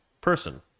person